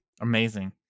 amazing